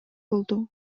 болду